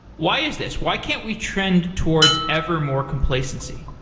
why is this? why can't we trend towards ever more complacency?